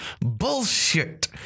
bullshit